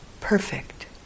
perfect